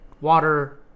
water